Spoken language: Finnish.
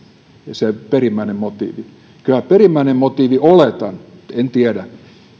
perimmäinen motiivi kyllähän perimmäinen motiivi oletan en tiedä